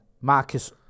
Marcus